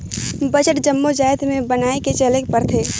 budget जम्मो जाएत में बनाए के चलेक परथे